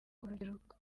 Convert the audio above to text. urubyiruko